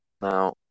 Now